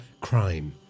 crime